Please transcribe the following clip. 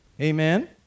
Amen